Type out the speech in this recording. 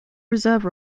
reserve